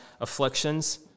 afflictions